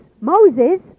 moses